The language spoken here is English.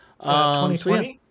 2020